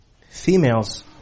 Females